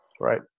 Right